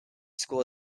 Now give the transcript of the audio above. school